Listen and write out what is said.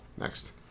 next